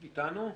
אתנו?